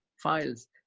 files